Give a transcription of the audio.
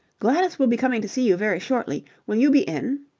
gladys will be coming to see you very shortly. will you be in?